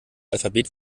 alphabet